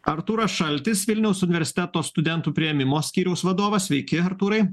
artūras šaltis vilniaus universiteto studentų priėmimo skyriaus vadovas sveiki artūrai